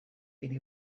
been